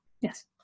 yes